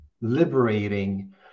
liberating